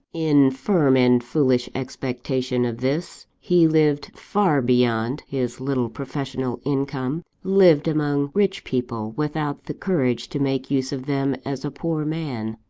in firm and foolish expectation of this, he lived far beyond his little professional income lived among rich people without the courage to make use of them as a poor man.